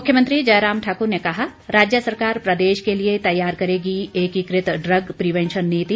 मुख्यमंत्री जयराम ठाक्र ने कहा राज्य सरकार प्रदेश के लिए तैयार करेगी एकीकृत इग प्रिवेंशन नीति